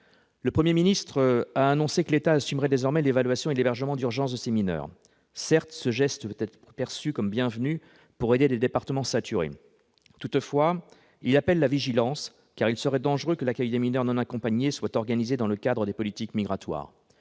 Le Premier ministre a annoncé que l'État assumerait désormais l'évaluation et l'hébergement d'urgence de ces mineurs. Certes, ce geste peut être perçu comme bienvenu pour aider des départements saturés. Toutefois, il appelle à la vigilance, car il serait dangereux que l'accueil des mineurs non accompagnés soit organisé dans le cadre des politiques migratoires.